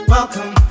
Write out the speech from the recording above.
Welcome